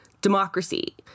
democracy